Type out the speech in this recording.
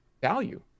value